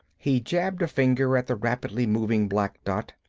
he jabbed a finger at the rapidly moving black dot.